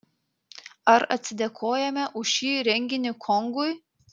ar atsidėkojame už šį renginį kongui